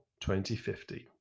2050